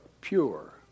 pure